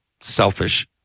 selfish